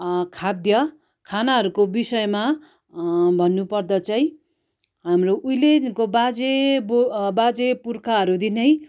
खाद्य खानाहरूको विषयमा भन्नु पर्दा चाहिँ हाम्रो उहिलेदेखिको बाजे बो बाजे पुर्खाहरूदेखि नै